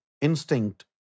instinct